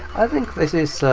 i think this is,